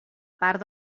part